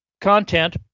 content